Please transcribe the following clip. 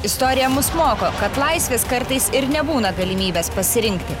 istorija mus moko kad laisvės kartais ir nebūna galimybės pasirinkti